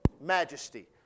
majesty